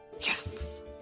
Yes